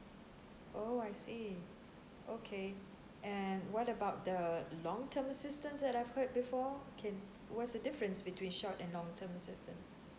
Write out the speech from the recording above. oh I see okay and what about the long term assistance that I've heard before can what's the difference between short and long term assistance